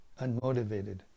unmotivated